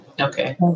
Okay